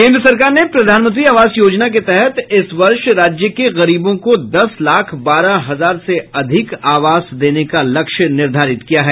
केन्द्र सरकार ने प्रधानमंत्री आवास योजना के तहत इस वर्ष राज्य के गरीबों को दस लाख बारह हजार से अधिक आवास देने का लक्ष्य निर्धारित किया है